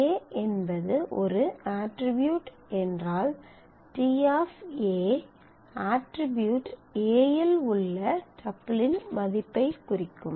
a என்பது ஒரு attribute என்றால் t A அட்ரிபியூட் A இல் உள்ள டப்பிளின் மதிப்பைக் குறிக்கும்